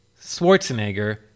Schwarzenegger